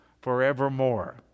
forevermore